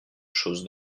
chose